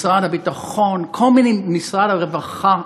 משרד הביטחון, כל מיני, משרד הרווחה.